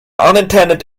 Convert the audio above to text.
unintended